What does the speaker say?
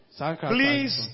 Please